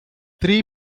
three